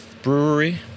brewery